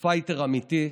ופייטר אמיתי.